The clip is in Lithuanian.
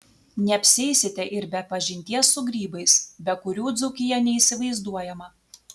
neapsieisite ir be pažinties su grybais be kurių dzūkija neįsivaizduojama